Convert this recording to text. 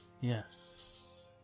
Yes